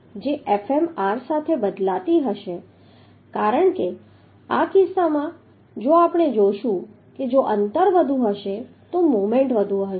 જે Fm r સાથે બદલાતી હશે કારણ કે આ કિસ્સામાં જો આપણે જોશું કે જો અંતર વધુ હશે તો મોમેન્ટ વધુ હશે